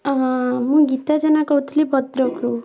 ହଁ ମୁଁ ଗୀତା ଜେନା କହୁଥିଲି ଭଦ୍ରକରୁ